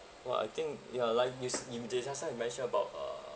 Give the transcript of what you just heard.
!wah! I think ya like this in ju~ just now you mentioned about uh